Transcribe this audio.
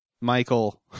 Michael